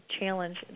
challenge